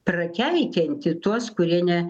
prakeikianti tuos kurie ne